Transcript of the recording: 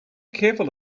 careful